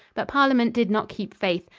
but parliament did not keep faith,